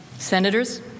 Senators